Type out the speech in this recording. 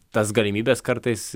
tas galimybes kartais